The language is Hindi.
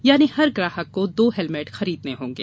यानी हर ग्राहक को दो हेलमेट खरीदने होंगे